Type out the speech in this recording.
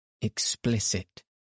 explicit